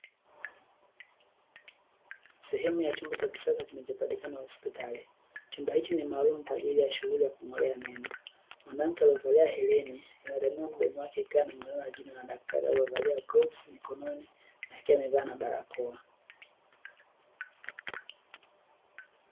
Sehemu ya chumba cha kisasa kinachopatikana hospitali, chumba hicho ni maalumu kwa ajili ya shughuli ya kung’olea meno. Mwanamke aliyevaa hereni ametanua mdomo wake akiwa anang’lewa jino na daktari aliyevaa glovu mikononi na akiwa amevaa barakoa.